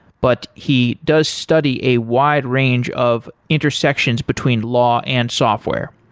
but he does study a wide range of intersections between law and software.